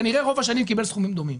כנראה רוב השנים קיבל סכומים דומים.